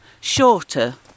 shorter